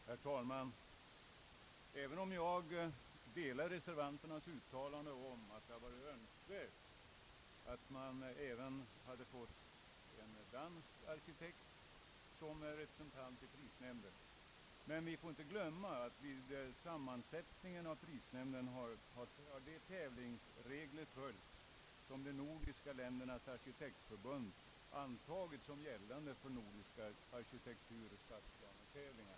Herr talman! Även jag delar uppfattningen att det varit önskvärt att vi även fått en dansk arkitekt som representant i prisnämnden. Men vi får inte glömma att sammansättningen av prisnämnden har skett enligt de tävlingsregler som de nordiska ländernas arkitektförbund antagit som gällande för nordiska arkitekturoch stadsplanetävlingar.